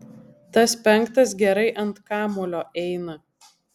tas penktas gerai ant kamuolio eina